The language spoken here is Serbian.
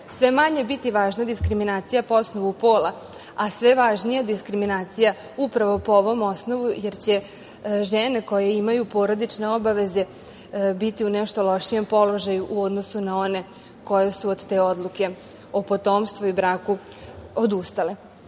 sve manje biti važna diskriminacija po osnovu pola, a sve važnija diskriminacija upravo po ovom osnovu jer će žene koje imaju porodične obaveze biti u nešto lošijem položaju u odnosu na one koje su od te odluke o potomstvu i braku odustale.